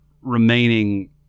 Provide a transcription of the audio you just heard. remaining